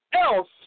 else